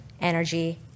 energy